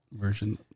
version